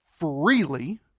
freely